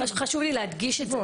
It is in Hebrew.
חשוב לי להדגיש את זה.